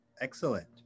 Excellent